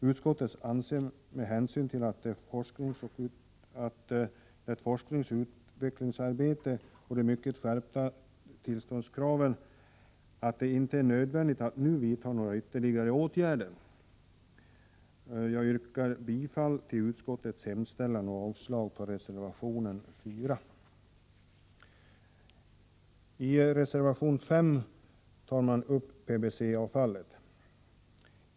Utskottet anser, med hänsyn till bl.a. det pågående forskningsoch utvecklingsarbetet och de mycket skärpta tillståndskraven, att det inte är nödvändigt att nu vidta några ytterligare åtgärder. Jag yrkar bifall till utskottets hemställan och avslag på reservation 4. I reservation nr 5 tar man upp frågan om PCB-avfallet.